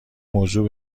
موضوع